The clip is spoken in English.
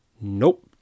Nope